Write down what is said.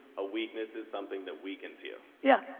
a weakness is something that weakens you. yeah,